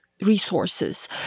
resources